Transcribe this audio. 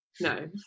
No